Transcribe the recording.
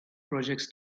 projects